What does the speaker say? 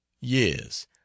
yes